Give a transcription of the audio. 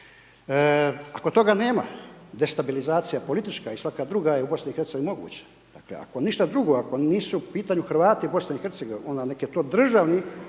Ako toga nema, destabilizacija politička i svaka druga je u Bosni i Hercegovini moguća, dakle, ako ništa drugo, ako nisu u pitanju Hrvati u Bosni i Hercegovini,